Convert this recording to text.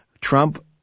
Trump